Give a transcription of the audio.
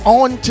on